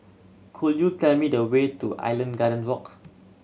could you tell me the way to Island Garden Walk